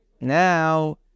Now